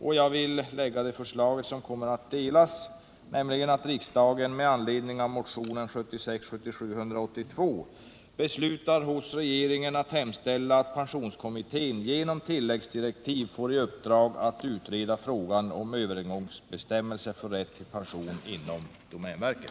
Därför yrkar jag på att riksdagen med anledning av motionen 1976/77:182 beslutar att hos regeringen hemställa att pensionskommittén genom tilläggsdirektiv får i uppdrag att utreda frågan om övergångsbestämmelser för rätt till pension inom domänverket.